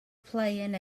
playing